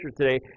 today